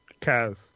Kaz